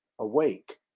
awake